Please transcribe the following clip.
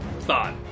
thought